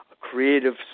Creative